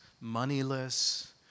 moneyless